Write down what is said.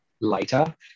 later